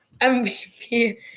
MVP